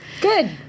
Good